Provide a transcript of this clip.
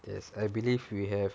yes I believe we have